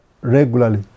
regularly